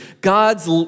God's